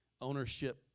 ownership